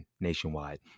nationwide